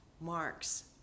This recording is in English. marks